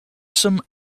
some